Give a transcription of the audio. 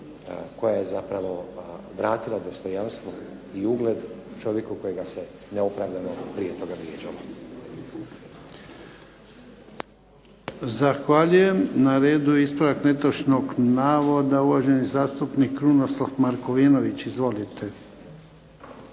koja je zapravo vratila dostojanstvo i ugled čovjeku kojega se neopravdano prije toga vrijeđalo. **Jarnjak, Ivan (HDZ)** Zahvaljujem. Na redu je ispravak netočnog navoda, uvaženi zastupnik Krunoslav Markovinović. Izvolite.